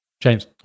James